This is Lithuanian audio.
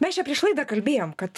mes čia prieš laidą kalbėjom kad